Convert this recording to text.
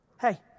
Hey